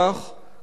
כמה זה מפריע